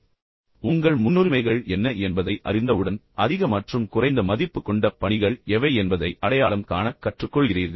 இப்போது உங்கள் முன்னுரிமைகள் என்ன என்பதை நீங்கள் அறிந்தவுடன் அதிக மதிப்பு மற்றும் குறைந்த மதிப்பு கொண்ட பணிகள் எவை என்பதை அடையாளம் காண கற்றுக்கொள்கிறீர்கள்